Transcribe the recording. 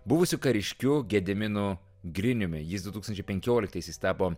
buvusiu kariškiu gediminu griniumi jis du tūkstančiai penkioliktaisiais tapo